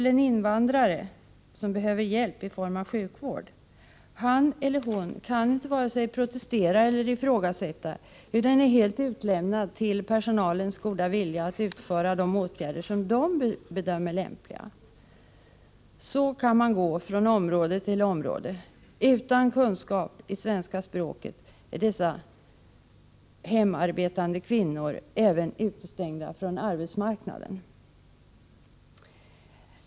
på en invandrare som behöver hjälp i form av sjukvård! Han eller hon kan inte vare sig protestera eller ifrågasätta utan är helt utlämnad till personalens goda vilja att utföra de åtgärder som de bedömer lämpliga. Så kan man gå från område till område. Utan kunskap i svenska språket är dessa hemarbetande kvinnor även utestängda från arbetsmarknaden.